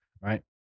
right